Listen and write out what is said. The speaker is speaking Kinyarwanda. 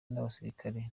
n’abasirikare